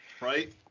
Right